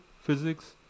physics